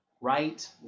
right